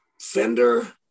Fender